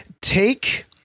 take